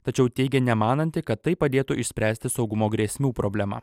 tačiau teigia nemananti kad tai padėtų išspręsti saugumo grėsmių problemą